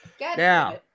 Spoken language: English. Now